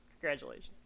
congratulations